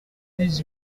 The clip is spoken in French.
dix